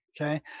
Okay